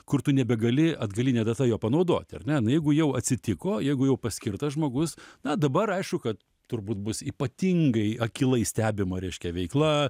kur tu nebegali atgaline data jo panaudoti ar ne na jeigu jau atsitiko jeigu jau paskirtas žmogus na dabar aišku kad turbūt bus ypatingai akylai stebima reiškia veikla